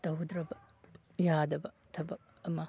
ꯇꯧꯗ꯭ꯔꯕ ꯌꯥꯗꯕ ꯊꯕꯛ ꯑꯃ